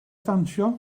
dawnsio